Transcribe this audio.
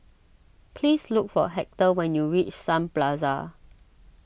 please look for Hector when you reach Sun Plaza